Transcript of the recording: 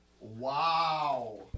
Wow